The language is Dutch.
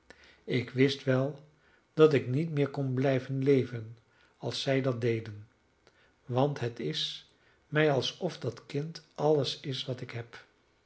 ik wist wel dat ik niet meer kon blijven leven als zij dat deden want het is mij alsof dat kind alles is wat ik heb